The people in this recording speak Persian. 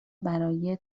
برای